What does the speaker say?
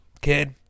kid